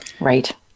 right